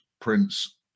Prince